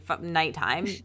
nighttime